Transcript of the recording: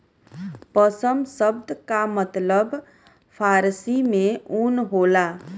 पसम सब्द का मतलब फारसी में ऊन होला